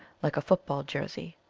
like a football jersey.